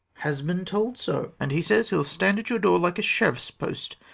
has been told so and he says, he'll stand at your door like a sheriff's post,